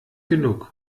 genug